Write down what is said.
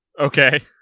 Okay